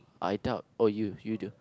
I doubt oh you you do